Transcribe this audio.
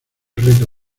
reto